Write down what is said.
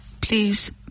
please